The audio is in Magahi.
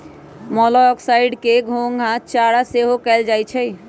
मोलॉक्साइड्स के घोंघा चारा सेहो कहल जाइ छइ